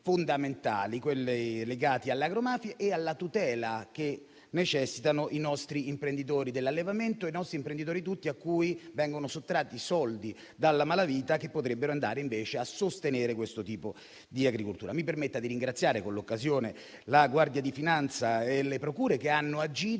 quelli legati alle agromafie e alla tutela che necessitano i nostri imprenditori dell'allevamento e tutti gli altri a cui vengono sottratti soldi dalla malavita, che potrebbero andare invece a sostenere questo tipo di agricoltura. Signor Presidente, mi permetta di ringraziare, con l'occasione, la Guardia di finanza e le procure che hanno agito